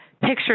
picture